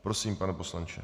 Prosím, pane poslanče.